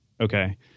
Okay